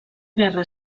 guerra